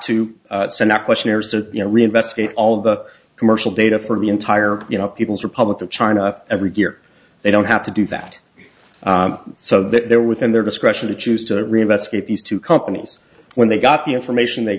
to send out questionnaires or you know reinvestigate all the commercial data for the entire you know people's republic of china every year they don't have to do that so they're within their discretion to choose to reinvestigate these two companies when they got the information they